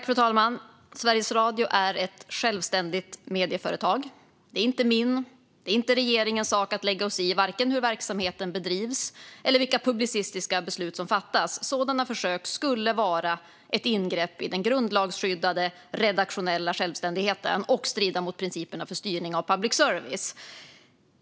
Fru talman! Sveriges Radio är ett självständigt medieföretag. Det är inte min eller regeringens sak att lägga oss i vare sig hur verksamheten bedrivs eller vilka publicistiska beslut som fattas. Sådana försök skulle vara ett ingrepp i den grundlagsskyddade redaktionella självständigheten och strida mot principerna för styrning av public service.